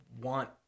want